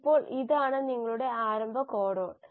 ഇപ്പോൾ ഇതാണ് നിങ്ങളുടെ ആരംഭ കോഡൺ